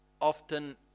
often